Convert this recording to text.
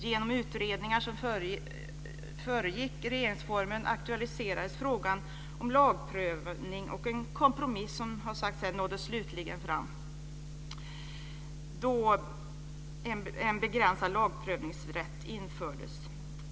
Genom de utredningar som föregick regeringsformen aktualiserades frågan om lagprövning och man nådde, som har sagts här, slutligen fram till en kompromiss. En begränsad lagprövningsrätt infördes då.